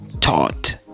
taught